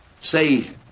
Say